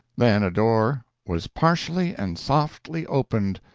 then a door was partially and softly opened.